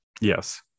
Yes